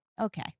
Okay